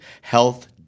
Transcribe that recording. health